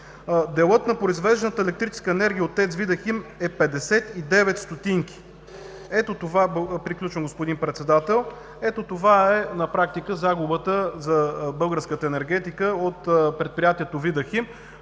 делът на произвежданата електрическа енергия от ТЕЦ „Видахим“ е 59 стотинки. Ето, това е на практика загубата за българската енергетика от предприятието